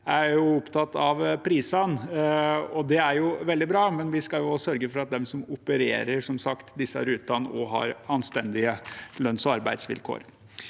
er opptatt av prisene. Det er veldig bra, men vi skal som sagt også sørge for at de som opererer disse rutene, også har anstendige lønns- og arbeidsvilkår.